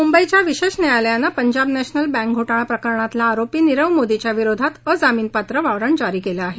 मुंबईच्या विशेष न्यायालयान पंजाब नॅशनल बँक घोटाळा प्रकरणातल्या आरोपी नीरव मोदीच्या विरोधात अजामिनपात्र वॉरंट जारी केलं आहे